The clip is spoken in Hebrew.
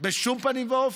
בשום פנים ואופן.